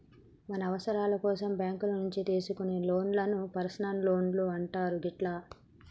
మన అవసరాల కోసం బ్యేంకుల నుంచి తీసుకునే లోన్లను పర్సనల్ లోన్లు అంటారు గిట్లా